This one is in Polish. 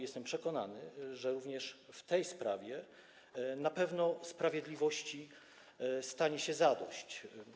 Jestem przekonany, że również w tej sprawie na pewno sprawiedliwości stanie się zadość.